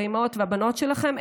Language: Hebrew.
האימהות והבנות שלכם,